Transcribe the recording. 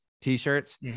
T-shirts